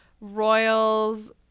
royals